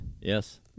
Yes